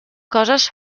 coses